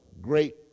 great